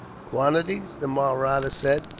quantities? the mahratta said.